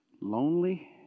lonely